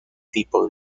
tipo